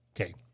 Okay